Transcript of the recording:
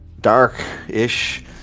dark-ish